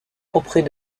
auprès